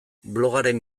blogaren